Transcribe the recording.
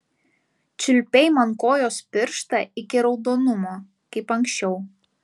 čiulpei man kojos pirštą iki raudonumo kaip anksčiau